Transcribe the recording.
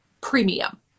premium